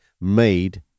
made